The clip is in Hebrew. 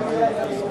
השטחים זו פעולה.